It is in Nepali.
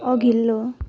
अघिल्लो